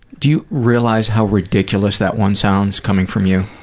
do you realize how ridiculous that one sounds coming from you?